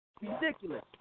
Ridiculous